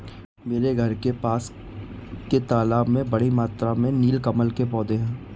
मेरे घर के पास के तालाब में बड़ी मात्रा में नील कमल के पौधें हैं